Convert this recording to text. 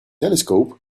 telescope